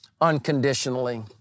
unconditionally